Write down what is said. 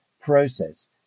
process